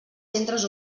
centres